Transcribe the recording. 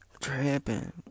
trapping